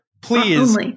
Please